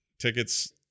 tickets